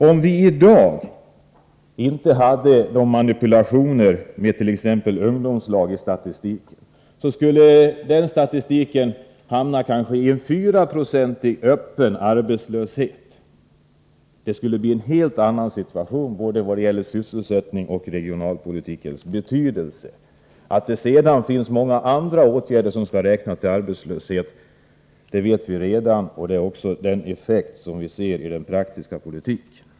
Om vii dag inte i statistiken hade de manipulationer som förekommer med t.ex. ungdomslag skulle den visa på en kanske 4-procentig öppen arbetslöshet. Statistiken skulle då visa på en helt annan situation, både när det gäller sysselsättningen och när det gäller regionalpolitikens betydelse. Och vi vet att det även vidtas många andra åtgärder för människor som också borde räknas som arbetslösa. Det är också den effekt vi ser i den praktiska politiken.